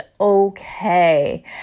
okay